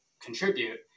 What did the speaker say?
contribute